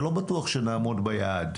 ולא בטוח שנעמוד ביעד.